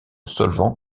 solvants